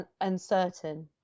uncertain